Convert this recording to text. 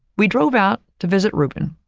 we drove out to visit reuben.